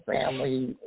family